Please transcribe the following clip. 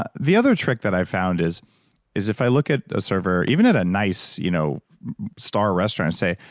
ah the other trick that i've found is is if i look at a server, even at a nice you know star restaurant, let's say,